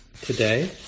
today